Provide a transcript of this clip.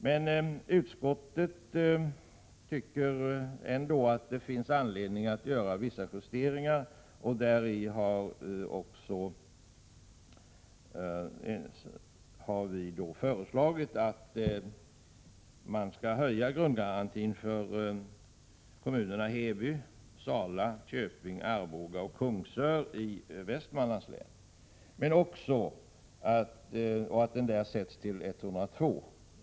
Men utskottet tycker ändå att det finns anledning att göra vissa justeringar, och vi har föreslagit att kommunerna Heby, Sala, Köping, Arboga och Kungsör i Västmanland får grundgarantin höjd till 102 26 av medelskattekraften.